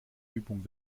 übung